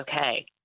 okay